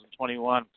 2021